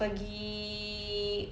pergi